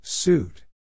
Suit